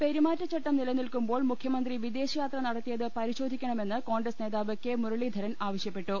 പെരുമാറ്റച്ചട്ടം നിലനിൽക്കുമ്പോൾ മുഖ്യമന്ത്രി വിദേശയാത്ര നടത്തിയത് പരിശോധിക്കണമെന്ന് കോൺഗ്രസ് നേതാവ് കെ മുരളീധരൻ ആവശ്യപ്പെട്ടു